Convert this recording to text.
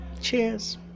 Cheers